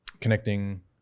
connecting